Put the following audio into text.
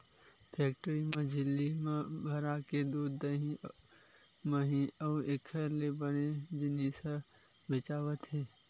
factory म झिल्ली म भराके दूद, दही, मही अउ एखर ले बने जिनिस ह बेचावत हे